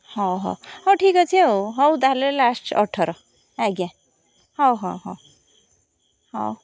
ହଉ ହଉ ହଉ ଠିକ୍ ଅଛି ହଉ ହଉ ତା'ହେଲେ ଲାଷ୍ଟ୍ ଅଠର ଆଜ୍ଞା ହଉ ହଉ ହଉ ହଉ